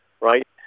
right